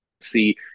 see